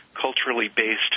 culturally-based